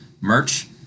merch